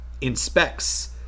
inspects